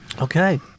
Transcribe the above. Okay